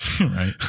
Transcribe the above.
Right